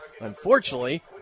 Unfortunately